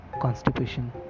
constipation